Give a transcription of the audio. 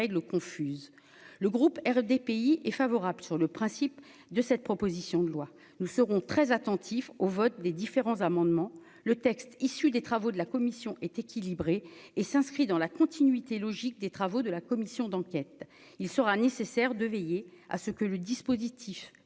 règles confuses, le groupe RDPI est favorable sur le principe de cette proposition de loi, nous serons très attentifs au vote des différents amendements, le texte issu des travaux de la commission est équilibré et s'inscrit dans la continuité logique des travaux de la commission d'enquête, il sera nécessaire de veiller à ce que le dispositif